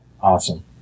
Awesome